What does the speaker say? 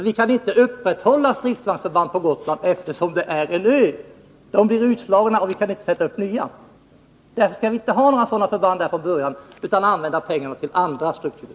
Vi kan ju inte upprätthålla stridsvagnsförband på Gotland, eftersom det är en ö. Stridsvagnarna blir utslagna, och vi kan inte sätta in nya. Därför skall vi inte heller från början ha några sådana förband där utan använda pengarna till andra strukturer.